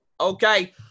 okay